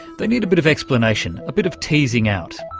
they need a bit of explanation, a bit of teasing out.